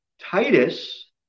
Titus